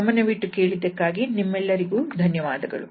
ಗಮನವಿಟ್ಟು ಕೇಳಿದ್ದಕ್ಕಾಗಿ ನಿಮ್ಮೆಲ್ಲರಿಗೂ ಧನ್ಯವಾದಗಳು